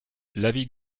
l’avis